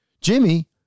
Jimmy